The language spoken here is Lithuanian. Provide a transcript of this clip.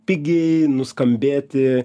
pigiai nuskambėti